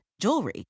jewelry